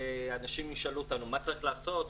שאנשים ישאלו אותנו מה צריך לעשות,